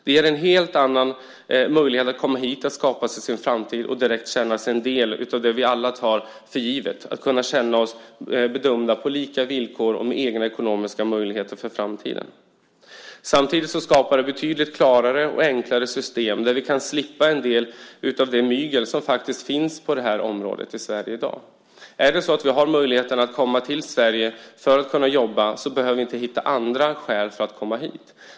Det ger en helt annan möjlighet att komma hit och skapa sig sin framtid och direkt känna sig som en del av det som vi alla tar för givet, att kunna känna oss bedömda på lika villkor och med egna ekonomiska möjligheter för framtiden. Samtidigt skapar det betydligt klarare och enklare system där vi kan slippa en del av det mygel som faktiskt finns på detta område i Sverige i dag. Om man har möjlighet att komma till Sverige för att jobba, så behöver man inte hitta andra skäl för att komma hit.